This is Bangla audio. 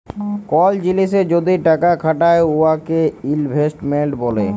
কল জিলিসে যদি টাকা খাটায় উয়াকে ইলভেস্টমেল্ট ব্যলে